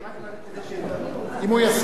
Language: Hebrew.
לך לרמקול.